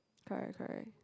correct correct